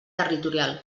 territorial